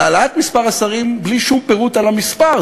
על הגדלת מספר השרים בלי שום פירוט של המספר.